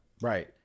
Right